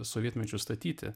sovietmečiu statyti